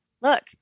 look